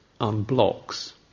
unblocks